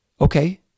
Okay